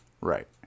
Right